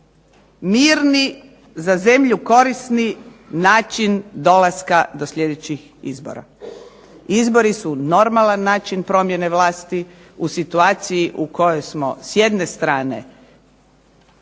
mirni za zemlju korisni način dolaska do sljedećih izbora. Izbori su normalan način promjene vlasti u situaciji u kojoj smo s jedne strane